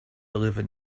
deliver